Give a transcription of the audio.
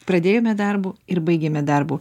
pradėjome darbu ir baigėme darbu